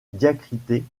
diacritée